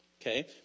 Okay